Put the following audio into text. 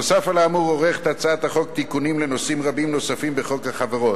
נוסף על האמור יש בהצעת החוק תיקונים לנושאים רבים נוספים בחוק החברות,